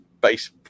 base